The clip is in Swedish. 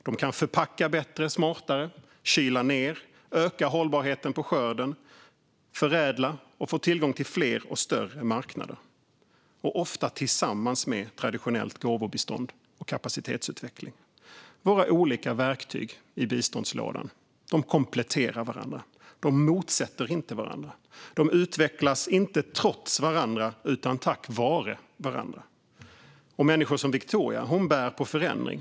De kan förpacka bättre och smartare, kyla ned, öka skördens hållbarhet, förädla och få tillgång till fler och större marknader. Detta sker ofta tillsammans med traditionellt gåvobistånd och kapacitetsutveckling. Våra olika verktyg i biståndslådan kompletterar varandra; de står inte i motsättning till varandra. De utvecklas inte trots varandra utan tack vare varandra. Människor som Victoria bär på förändring.